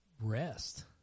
rest